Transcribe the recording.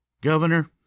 Governor